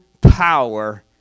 power